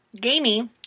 gamey